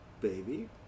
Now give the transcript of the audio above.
baby